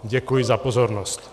Děkuji za pozornost.